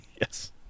Yes